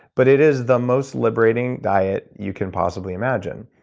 but it is the most liberating diet you can possibly imagine.